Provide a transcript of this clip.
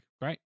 great